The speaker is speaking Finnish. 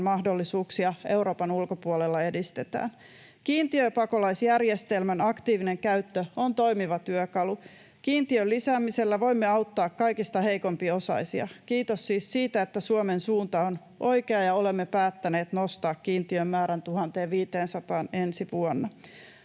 mahdollisuuksia Euroopan ulkopuolella edistetään. Kiintiöpakolaisjärjestelmän aktiivinen käyttö on toimiva työkalu. Kiintiön lisäämisellä voimme auttaa kaikista heikompiosaisia. Kiitos siis siitä, että Suomen suunta on oikea ja olemme päättäneet nostaa kiintiön määrän 1 500:aan ensi vuonna.